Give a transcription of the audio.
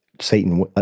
Satan